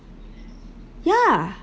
ya